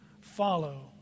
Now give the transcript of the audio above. follow